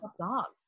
dogs